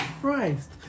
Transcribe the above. Christ